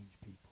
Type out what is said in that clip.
people